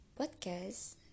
podcast